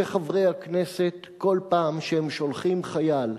שחברי הכנסת, כל פעם שהם שולחים חייל,